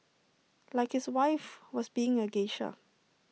like his wife was being A geisha